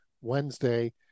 Wednesday